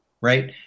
right